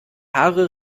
haare